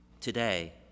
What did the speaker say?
today